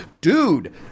dude